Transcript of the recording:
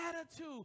attitude